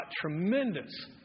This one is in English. tremendous